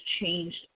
changed